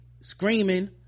screaming